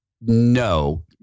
no